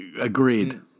Agreed